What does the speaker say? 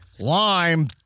Lime